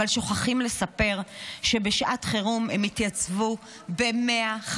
אתם שוכחים לספר שבשעת חירום הם התייצבו ב-150%.